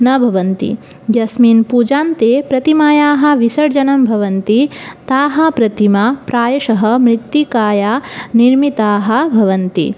न भवन्ति यस्मिन् पूजां ते प्रतिमायाः विसर्जनं भवन्ति ताः प्रतिमा प्रायशः मृत्तिकायाः निर्मिताः भवन्ति